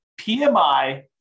PMI